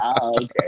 okay